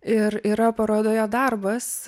ir yra parodoje darbas